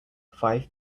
five